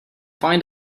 find